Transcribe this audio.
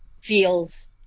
feels